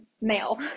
male